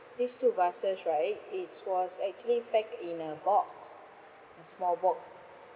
these two vases right it was actually packed in a box a small box